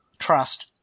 trust